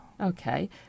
Okay